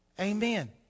Amen